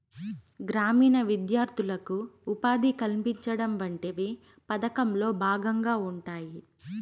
గ్రామీణ విద్యార్థులకు ఉపాధి కల్పించడం వంటివి పథకంలో భాగంగా ఉంటాయి